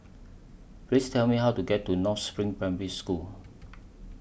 Please Tell Me How to get to North SPRING Primary School